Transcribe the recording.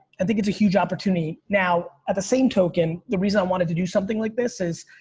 and think it's a huge opportunity. now at the same token, the reason i wanted to do something like this is,